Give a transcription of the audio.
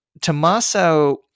Tommaso